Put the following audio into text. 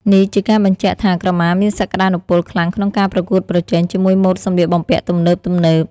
នេះជាការបញ្ជាក់ថា ក្រមាមានសក្តានុពលខ្លាំងក្នុងការប្រកួតប្រជែងជាមួយម៉ូដសម្លៀកបំពាក់ទំនើបៗ។